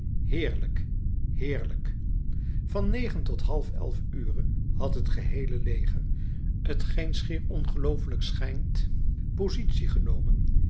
heerlijk heerlijk van negen tot half elf ure had het geheele leger t geen schier ongelooflijk schijnt positie genomen